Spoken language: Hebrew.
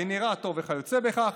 גנרטור וכיוצא בכך,